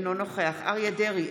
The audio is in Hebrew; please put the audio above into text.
אינו נוכח אריה מכלוף דרעי,